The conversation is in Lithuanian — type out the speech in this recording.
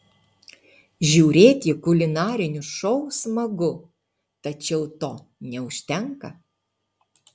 žiūrėti kulinarinius šou smagu tačiau to neužtenka